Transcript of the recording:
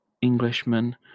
Englishman